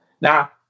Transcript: Now